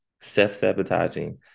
self-sabotaging